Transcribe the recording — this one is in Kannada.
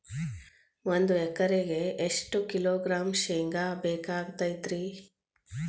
ಒಂದು ಎಕರೆಗೆ ಎಷ್ಟು ಕಿಲೋಗ್ರಾಂ ಶೇಂಗಾ ಬೇಕಾಗತೈತ್ರಿ?